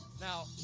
Now